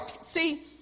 See